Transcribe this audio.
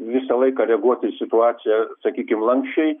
visą laiką reaguoti į situaciją sakykim lanksčiai